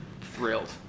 thrilled